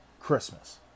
Christmas